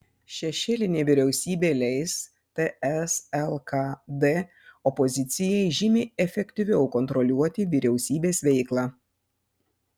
šešėlinė vyriausybė leis ts lkd opozicijai žymiai efektyviau kontroliuoti vyriausybės veiklą